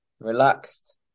relaxed